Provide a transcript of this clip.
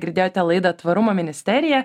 girdėjote laidą tvarumo ministerija